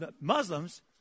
Muslims